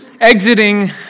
exiting